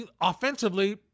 offensively